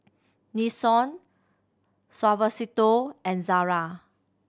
Nixon Suavecito and Zara